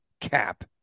Cap